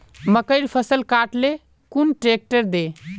मकईर फसल काट ले कुन ट्रेक्टर दे?